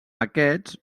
aquests